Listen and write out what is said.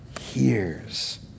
hears